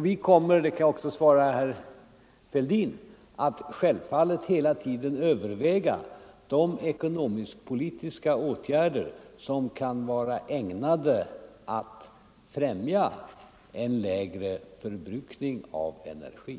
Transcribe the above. Vi kommer, det kan jag också svara herr Fälldin, självfallet att hela tiden överväga de ekonomisk-politiska åtgärder som kan vara ägnade att främja en lägre förbrukning av energi.